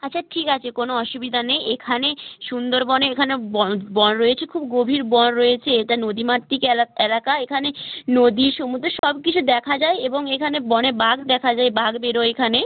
আচ্ছা ঠিক আছে কোনও অসুবিধা নেই এখানে সুন্দরবনে এখানে বন রয়েছে খুব গভীর বন রয়েছে এটা নদীমাতৃক এলাকা এখানে নদী সমুদ্র সব কিছু দেখা যায় এবং এখানে বনে বাঘ দেখা যায় বাঘ বেরোয় এখানে